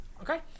Okay